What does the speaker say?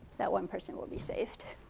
that one person will be saved.